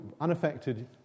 unaffected